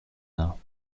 now